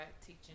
teaching